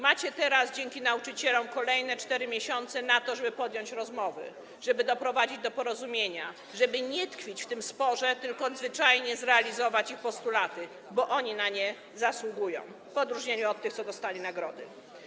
Macie teraz dzięki nauczycielom kolejne 4 miesiące na to, żeby podjąć rozmowy, żeby doprowadzić do porozumienia, żeby nie tkwić w tym sporze, tylko zwyczajnie zrealizować ich postulaty, bo oni na to zasługują - w odróżnieniu od tych, co dostali nagrody.